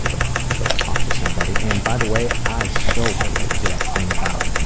to go to go talk to somebody and by the way i so relate to that thing about,